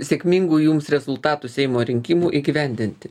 sėkmingų jums rezultatų seimo rinkimų įgyvendinti